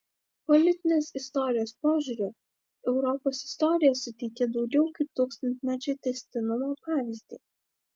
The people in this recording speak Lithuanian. politinės istorijos požiūriu europos istorija suteikia daugiau kaip tūkstantmečio tęstinumo pavyzdį